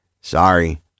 Sorry